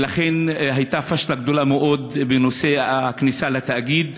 הייתה פשלה גדולה מאוד בנושא הכניסה לתאגיד,